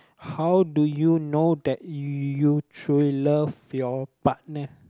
how do you know that you truly love your partner